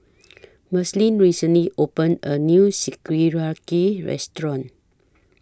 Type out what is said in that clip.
Marceline recently opened A New Sukiyaki Restaurant